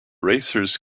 racers